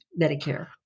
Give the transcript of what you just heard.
Medicare